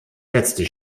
letzte